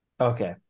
Okay